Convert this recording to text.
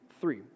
three